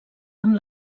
amb